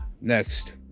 next